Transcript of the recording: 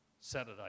Saturday